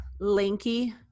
lanky